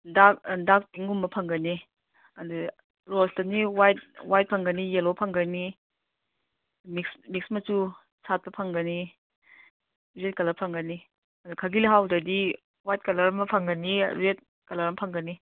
ꯗꯥꯛ ꯄꯤꯡꯒꯨꯝꯕ ꯐꯪꯒꯅꯤ ꯑꯗꯨꯒ ꯔꯣꯁꯇꯗꯤ ꯋꯥꯏꯠ ꯐꯪꯒꯅꯤ ꯌꯦꯜꯂꯣ ꯐꯪꯒꯅꯤ ꯃꯤꯛꯁ ꯃꯆꯨ ꯁꯥꯠꯄ ꯐꯪꯒꯅꯤ ꯔꯦꯗ ꯀꯂꯔ ꯐꯪꯒꯅꯤ ꯑꯗꯨ ꯈꯥꯒꯤ ꯂꯩꯍꯥꯎꯗꯗꯤ ꯋꯥꯏꯠ ꯀꯂꯔ ꯑꯃ ꯐꯪꯒꯅꯤ ꯔꯦꯗ ꯀꯂꯔ ꯑꯃ ꯐꯪꯒꯅꯤ